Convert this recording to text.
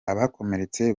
abakomeretse